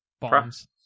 Bombs